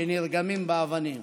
שנרגמים באבנים.